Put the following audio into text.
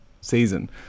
season